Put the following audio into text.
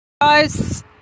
Guys